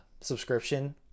subscription